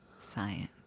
science